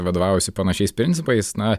vadovaujuosi panašiais principais na